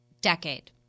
Decade